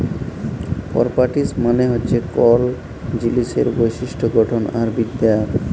properties মালে হছে কল জিলিসের বৈশিষ্ট গঠল আর বিদ্যা